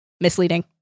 Misleading